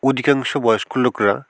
অধিকাংশ বয়স্ক লোকরা